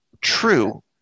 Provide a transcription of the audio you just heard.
True